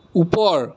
ওপৰ